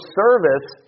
service